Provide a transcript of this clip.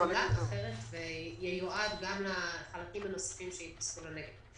יחולק וייועד גם לחלקים הנוספים שייתוספו לנגב.